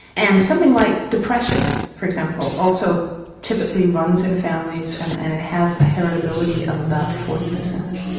and something like depression for example also typically runs in families and and it has a heritability of about forty percent.